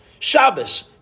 Shabbos